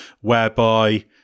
whereby